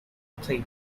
play